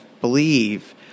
believe